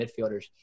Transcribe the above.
midfielders